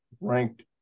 ranked